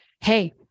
hey